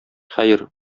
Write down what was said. хәер